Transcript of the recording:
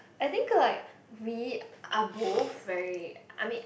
I think like we are both very I mean